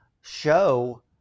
show